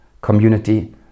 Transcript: community